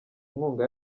inkunga